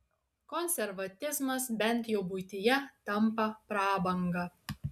konservatizmas bent jau buityje tampa prabanga